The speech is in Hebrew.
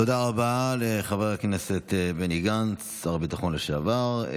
תודה רבה לחבר הכנסת בני גנץ, שר הביטחון לשעבר.